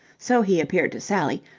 so he appeared to sally,